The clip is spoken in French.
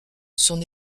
son